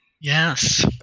yes